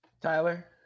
Tyler